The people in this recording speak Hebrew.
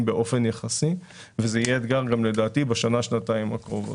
באופן יחסי ולדעתי זה יהיה אתגר גם בשנה-שנתיים הקרובות.